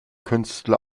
künstler